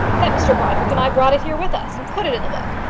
that mr brodrick and i brought it here with us and put it in the book.